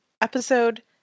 episode